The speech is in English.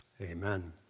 Amen